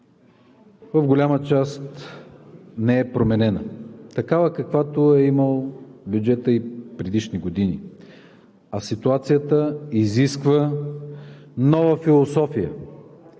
по-голямата част не е променена – такава, каквато е имал бюджетът и в предишни години, а ситуацията изисква нова философия